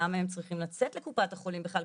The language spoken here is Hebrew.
למה הם צריכים לצאת לקופת החולים בכלל,